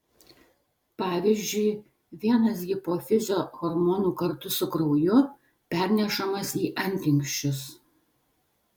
pavyzdžiui vienas hipofizio hormonų kartu su krauju pernešamas į antinksčius